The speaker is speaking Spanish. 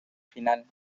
final